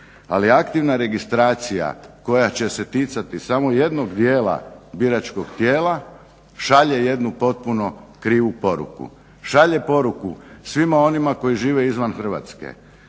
ali aktivna registracija koja će se ticati samo jednog dijela biračkog tijela šalje jednu potpuno krivu poruku. Šalje poruku svima onima koji žive izvan Hrvatske.